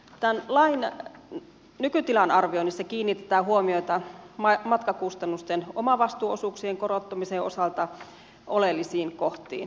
tämän lain nykytilan arvioinnissa kiinnitetään huomiota matkakustannusten omavastuuosuuksien korottamisen osalta oleellisiin kohtiin